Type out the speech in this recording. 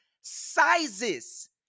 sizes